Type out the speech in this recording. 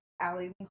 Allie